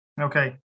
Okay